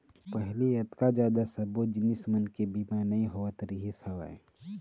पहिली अतका जादा सब्बो जिनिस मन के बीमा नइ होवत रिहिस हवय